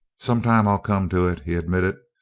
some time i'll come to it, he admitted.